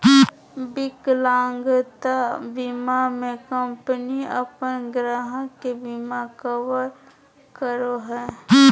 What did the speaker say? विकलांगता बीमा में कंपनी अपन ग्राहक के बिमा कवर करो हइ